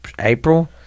april